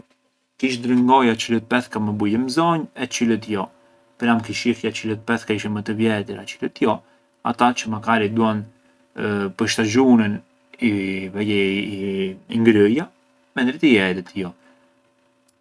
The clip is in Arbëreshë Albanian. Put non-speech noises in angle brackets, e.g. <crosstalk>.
Kish drëngoja çilët pethka më bujën mbzonjë e çilët jo, pran kish shihja çilët pethka ishën më të vjetra e çilët jo, ata çë makari duan pë shtazhunën vej’e <hesitation> i ngrëja mentri tjerët jo.